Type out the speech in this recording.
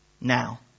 now